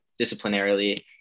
disciplinarily